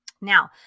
Now